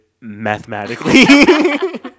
mathematically